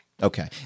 Okay